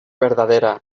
verdadera